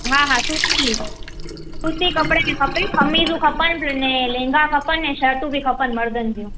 हा हा सूती सूती कपिड़े में खपे खमीसूं खपनि अने लेंगा खपनि ऐं शर्टू बि खपनि मर्दनि जूं